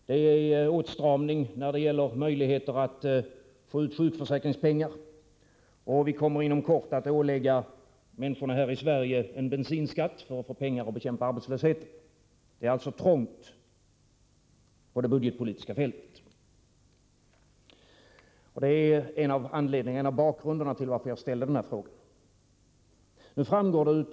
Det är också åtstramning när det gäller möjligheterna att få ut sjukförsäkringspengar, och vi kommer inom kort att tauten bensinskattehöjning av människorna här i Sverige för att få pengar att bekämpa arbetslösheten med. Det är alltså trångt på det budgetpolitiska fältet, och det är en av anledningarna till att jag ställde min fråga.